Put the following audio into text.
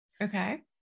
Okay